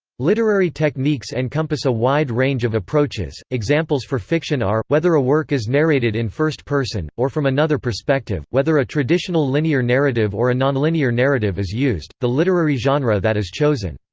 literary techniques encompass a wide range of approaches examples for fiction are, whether a work is narrated in first-person, or from another perspective whether a traditional linear narrative or a nonlinear narrative is used the literary genre that is chosen.